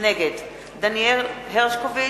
נגד דניאל הרשקוביץ,